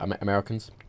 Americans